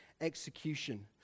execution